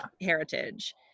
heritage